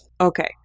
Okay